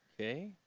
Okay